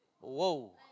Whoa